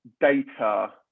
data